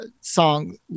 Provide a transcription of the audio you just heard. song